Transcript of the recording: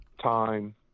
time